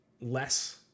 less